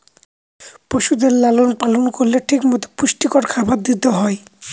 পশুদের লালন পালন করলে ঠিক মতো পুষ্টিকর খাবার দিতে হয়